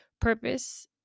purpose